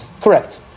Correct